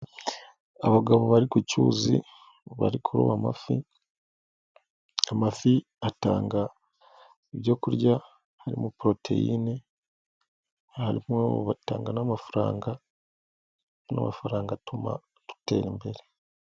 Abagabo bari ku cyuzi bari kuroba amafi, amafi atanga ibyo kurya harimo poroteyine, harimo batanga n'amafaranga, amafaranga atuma dutera imbere.